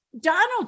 Donald